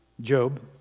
Job